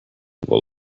will